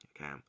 Okay